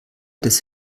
des